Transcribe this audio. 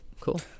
Cool